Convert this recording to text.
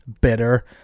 bitter